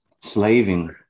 slaving